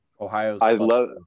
Ohio's